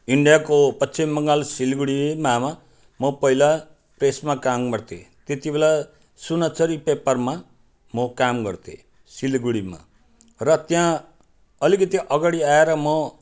इन्डियाको पश्चिम बङ्गाल सिलगढीमा म पहिला प्रेसमा काम गर्थेँ त्यति बेला सुनचरी पेपरमा म काम गर्थेँ सिलगढीमा र त्यहाँ अलिकति अगाडि आएर म